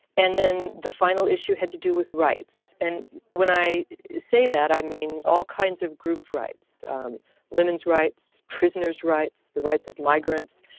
and then the final issue had to do with rights. and when i say that i mean all kinds of group rights um women's rights, prisoners' rights, the rights of migrants,